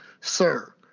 sir